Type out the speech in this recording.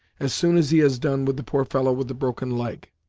as soon as he has done with the poor fellow with the broken leg.